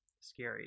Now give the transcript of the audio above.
scary